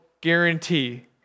guarantee